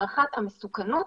הערכת המסוכנות,